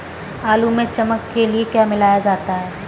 आलू में चमक के लिए क्या मिलाया जाता है?